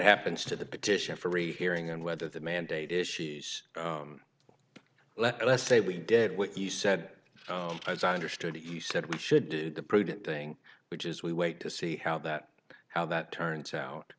happens to the petition for rehearing and whether the mandate issues let's say we did what you said as i understood it you said we should do the prudent thing which is we wait to see how that how that turns out